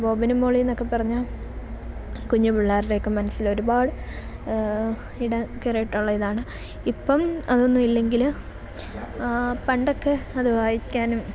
ബോബനും മോളീ എന്നൊക്കെ പറഞ്ഞാൽ കുഞ്ഞ് പിള്ളേരുടെ ഒക്കെ മനസ്സില് ഒരുപാട് ഇടം കയറിയിട്ടുള്ള ഇതാണ് ഇപ്പം അതൊന്നും ഇല്ലെങ്കില് പണ്ടൊക്കെ അത് വായിക്കാനും